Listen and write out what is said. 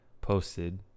posted